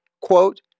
quote